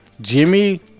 Jimmy